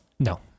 No